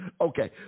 Okay